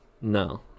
No